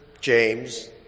James